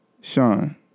Sean